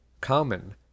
common